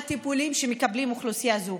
הטיפולים שמקבלת אוכלוסייה זו,